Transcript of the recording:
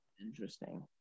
Interesting